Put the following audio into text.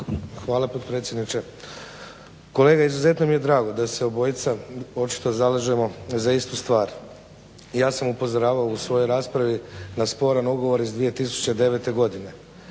Hvala potpredsjedniče. Kolega, izuzetno mi je drago da se obojica očito zalažemo za istu stvar. Ja sam upozoravao u svojoj raspravi na sporan ugovor iz 2009. godine,